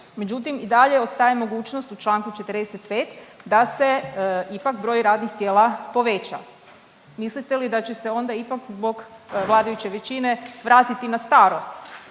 međutim i dalje ostaje mogućnost u čl. 45. da se ipak broj radnih tijela poveća, mislite li da će se onda ipak zbog vladajuće većine vratiti na staro?